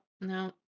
no